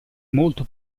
molto